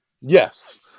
Yes